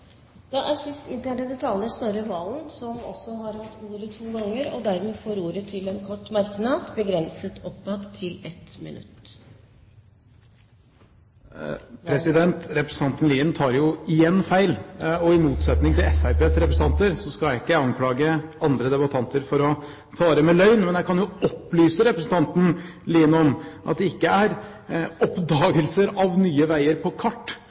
Snorre Serigstad Valen har også hatt ordet to ganger og får ordet til en kort merknad, begrenset til 1 minutt. Representanten Lien tar igjen feil, og i motsetning til Fremskrittspartiets representanter skal ikke jeg anklage andre debattanter for å fare med løgn, men jeg kan jo opplyse representanten Lien om at det ikke er oppdagelser av nye veier på kart